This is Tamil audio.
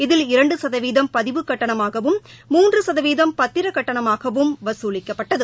இதில் இரண்டு சதவீதம் பதிவுக் கட்டணமாகவும் மூன்று சதவீதம் பத்திரக் கட்டணமாகவும் வகுலிக்கப்பட்டது